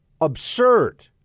Absurd